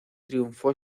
triunfó